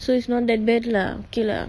so it's not that bad lah okay lah